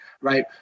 right